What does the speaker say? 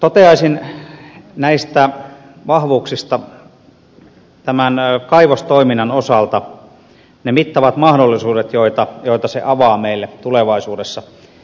toteaisin näistä vahvuuksista tämän kaivostoiminnan osalta ne mittavat mahdollisuudet joita se avaa meille tulevaisuudessa